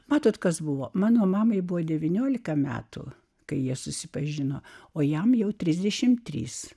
matote kas buvo mano mamai buvo devyniolika metų kai jie susipažino o jam jau trisdešim trys